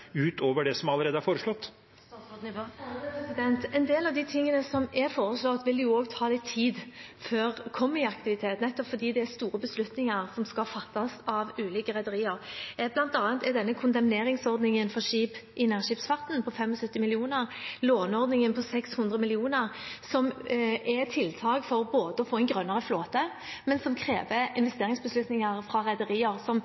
utover det som allerede er foreslått? En del av det som er foreslått, vil det ta litt tid før kommer i aktivitet, nettopp fordi det er store beslutninger som skal fattes av ulike rederier. Blant annet er kondemneringsordningen for skip i nærskipsfarten på 75 mill. kr og låneordningen på 600 mill. kr tiltak for å få en grønnere flåte, men som krever investeringsbeslutninger fra rederier som